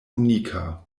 unika